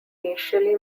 initially